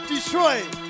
Detroit